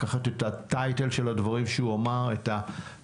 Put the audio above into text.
לקחת את הטייטל של הדברים שהוא אמר את התובנות.